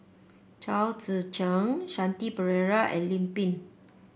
Chao Tzee Cheng Shanti Pereira and Lim Pin